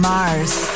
Mars